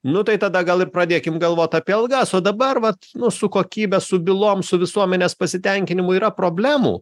nu tai tada gal ir pradėkim galvot apie algas o dabar vat nu su kokybe su bylom su visuomenės pasitenkinimu yra problemų